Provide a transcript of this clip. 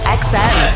xm